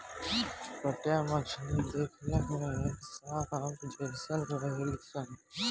पाटया मछली देखला में सांप जेइसन रहेली सन